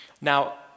Now